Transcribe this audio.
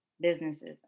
businesses